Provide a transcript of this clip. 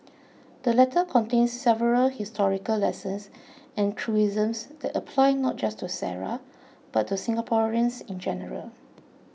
the letter contains several historical lessons and truisms that apply not just to Sara but to Singaporeans in general